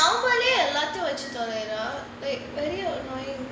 eh அவ தானே எல்லாத்தையும் வச்சி தொலையுறா:ava thaanae ellathaiyum vachi tholayura like very annoying